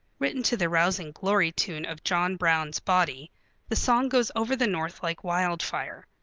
written to the rousing glory-tune of john brown's body the song goes over the north like wildfire.